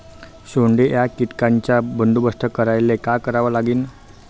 सोंडे या कीटकांचा बंदोबस्त करायले का करावं लागीन?